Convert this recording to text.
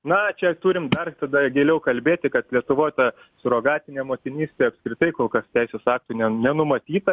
na čia turim dar tada giliau kalbėti kad lietuvoj ta surogatinė motinystė apskritai kol kas teisės aktų ne nenumatyta